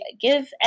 give